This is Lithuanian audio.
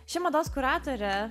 ši mados kuratorė